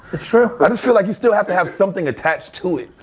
it's true. i just feel like you still have to have something attached to it.